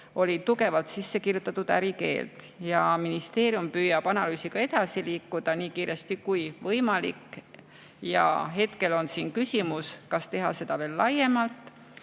oli tugevalt sisse kirjutatud ärikeeld. Ministeerium püüab analüüsiga edasi liikuda nii kiiresti kui võimalik. Hetkel on küsimus, kas teha seda veel laiemalt,